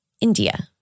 India